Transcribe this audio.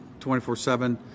24-7